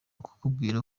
kukubwira